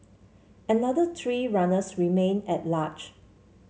another three runners remain at large